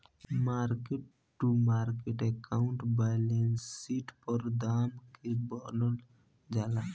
market to market accounting balance sheet पर दाम के बदलल जाला